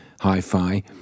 hi-fi